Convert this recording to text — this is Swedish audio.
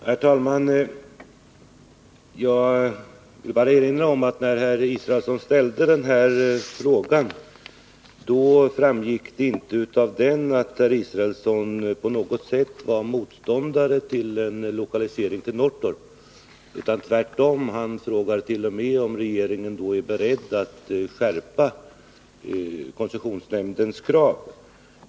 Herr talman! Jag vill bara erinra om att det av herr Israelssons fråga inte framgår att herr Israelsson på något sätt är motståndare till en lokalisering till Norrtorp. Tvärtom har han frågat om regeringen var beredd att skärpa koncessionsnämndens krav.